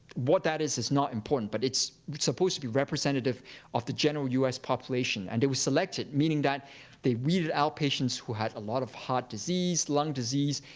what that is is not important, but it's supposed to be representative of the general u s. population. and it was selected, meaning that they weeded out patients who had a lot of heart disease, lung disease,